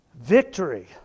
victory